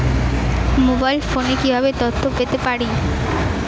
Mobile ফোনে কিভাবে তথ্য পেতে পারি?